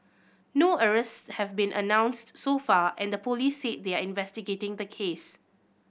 no arrests have been announced so far and the police said they are investigating the case